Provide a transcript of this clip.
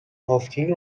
هاوکینگ